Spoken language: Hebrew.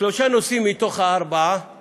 שלושה נושאים מתוך הארבעה הם